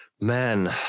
Man